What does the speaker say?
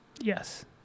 Yes